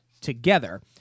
together